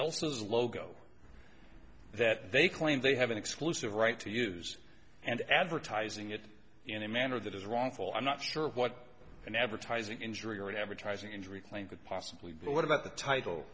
else's logo that they claim they have an exclusive right to use and advertising it in a manner that is wrongful i'm not sure what an advertising injury or an advertising injury claim could possibly be but what about the title